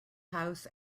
house